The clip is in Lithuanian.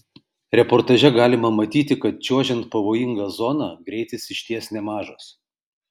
reportaže galima matyti kad čiuožiant pavojinga zona greitis iš ties nemažas